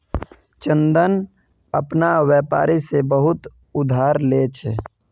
चंदन अपना व्यापारी से बहुत उधार ले छे